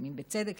לפעמים בצדק,